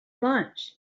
lunch